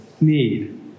need